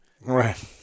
Right